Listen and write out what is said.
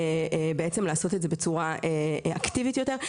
לעשות את זה בצורה אקטיבית יותר.